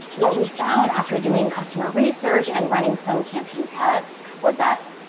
what we found after doing customer research and running some campaign tests was that,